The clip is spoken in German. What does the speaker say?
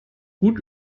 gut